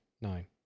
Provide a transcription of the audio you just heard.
nine